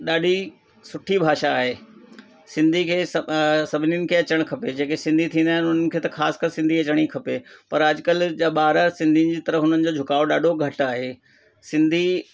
ॾाढी सुठी भाषा आहे सिंधी खे सभिनीनि खे अचणु खपे जेके सिंधी थींदा आहिनि उन्हनि खे त ख़ासि कर सिंधी अचणी खपे पर अॼुकल्ह जा ॿार सिंधी जी तरफ़ि उन्हनि जो झुकाव ॾाढो घटि आहे सिंधी